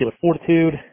fortitude